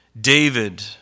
David